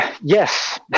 Yes